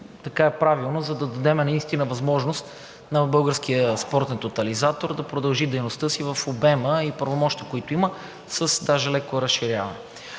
така е правилно, за да дадем наистина възможност на Българския спортен тотализатор да продължи дейността си в обема и правомощията, които има, с даже леко разширяване.